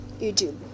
youtube